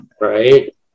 Right